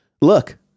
look